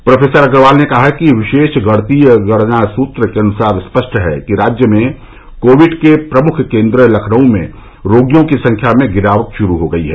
professor Agarwal ने कहा कि विशेष गणितीय गणना सूत्र के अनुसार स्पष्ट है कि राज्य में कोविड के प्रमुख केंद्र लखनऊ में रोगियों की संख्या में गिरावट शुरू हो गई है